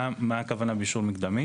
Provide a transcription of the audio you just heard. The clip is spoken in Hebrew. מה הכוונה באישור מקדמי?